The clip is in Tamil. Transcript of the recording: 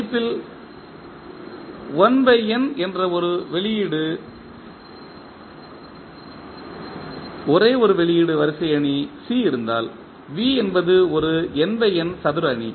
அமைப்பில் என்ற ஒரே ஒரு வெளியீடு வரிசை அணி C இருந்தால் V என்பது ஒரு சதுர அணி